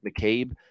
mccabe